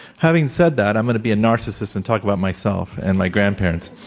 having said that, i'm going to be a narcissist and talk about myself and my grandparents.